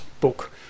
book